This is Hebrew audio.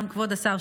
גם כבוד השר,